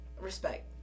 respect